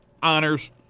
honors